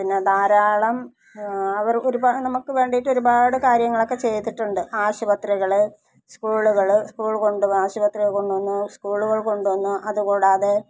പിന്നെ ധാരാളം അവർ ഒരുപാട് നമുക്ക് വേണ്ടിട്ട് ഒരുപാട് കാര്യങ്ങളൊക്കെ ചെയ്തിട്ടുണ്ട് ആശുപത്രികൾ സ്കൂളുകൾ സ്കൂൾ കൊണ്ട് ആശുപത്രി കൊണ്ടുവന്നു സ്കൂളുകൾ കൊണ്ടുവന്നു അതു കൂടാതെ